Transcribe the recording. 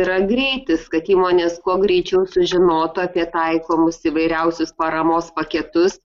yra greitis kad įmonės kuo greičiau sužinotų apie taikomus įvairiausius paramos paketus